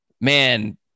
man